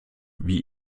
wie